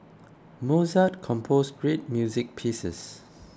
Mozart composed great music pieces